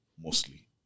mostly